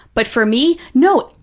but for me, no,